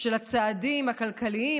של הצעדים הכלכליים,